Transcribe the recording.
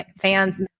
fans